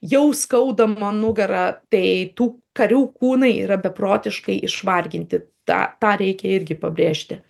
jau skaudama nugara tai tų karių kūnai yra beprotiškai išvarginti tą tą reikia irgi pabrėžti